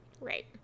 right